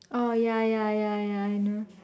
orh ya ya ya ya I know